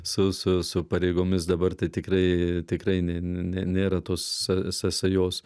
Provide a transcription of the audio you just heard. su su su pareigomis dabar tai tikrai tikrai nėra tos sąsajos